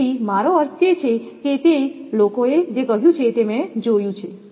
તેથી મારો અર્થ તે છે કે તે લોકોએ જે કહ્યું છે તે મેં જોયું છે